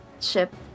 ship